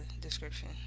description